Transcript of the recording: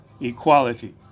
equality